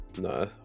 no